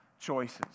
choices